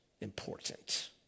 important